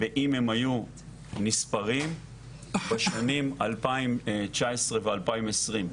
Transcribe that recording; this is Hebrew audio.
אם הם היו נספרים בשנים 2019 ו-2020,